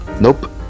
nope